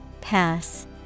Pass